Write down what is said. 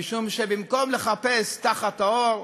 משום שבמקום לחפש תחת האור,